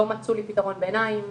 לא מצאו לי פתרון ביניים,